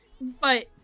But-